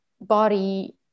body